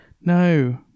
No